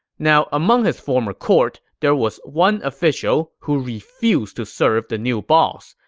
now among his former court, there was one official who refused to serve the new boss,